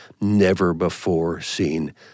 never-before-seen